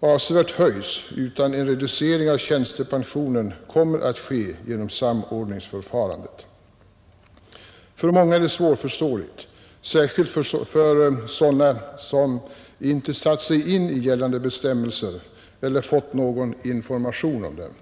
avsevärt höjs, utan en reducering av tjänstepensionen kommer att ske genom samordningsförfarandet. För många är detta svårförståeligt, särskilt för sådana som inte satt sig in i gällande bestämmelser eller fått någon information om dem.